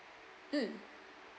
mm